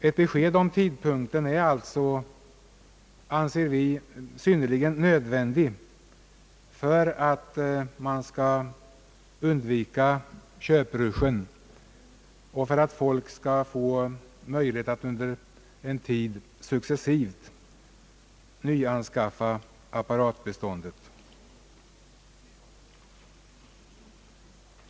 Ett besked om tidpunkten är alltså enligt vår uppfattning synnerligen nödvändigt för att man skall undvika köprush och för att folk skall få möjlighet att under en viss tid successivt förnya apparatbeståndet.